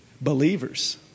Believers